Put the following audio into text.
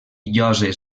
lloses